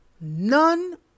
none